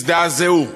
הזדעזעו.